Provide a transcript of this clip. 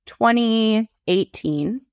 2018